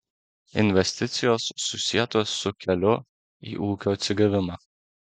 investicijos susietos su keliu į ūkio atsigavimą